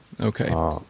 Okay